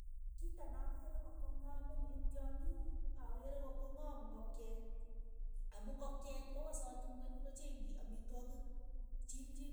Kito nakeere ko- ko ng'amen eng' tyongik akeere ko ng'oom ingokiet, amu ngokiet ko wasati ingweny kochengchi amitwogik chilchilik